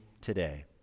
today